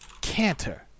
canter